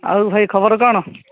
ଆଉ ଭାଇ ଖବର କ'ଣ